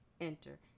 enter